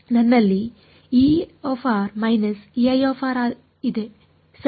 ನನ್ನಲ್ಲಿ ಇದೆ ಸರಿ